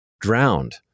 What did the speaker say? drowned